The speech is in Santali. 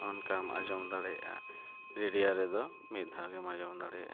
ᱚᱱᱠᱟᱢ ᱟᱸᱡᱚᱢ ᱫᱟᱲᱮᱭᱟᱜᱼᱟ ᱨᱮᱫᱚ ᱢᱤᱫᱼᱫᱷᱟᱣ ᱜᱮᱢ ᱟᱸᱡᱚᱢ ᱫᱟᱲᱮᱭᱟᱜᱼᱟ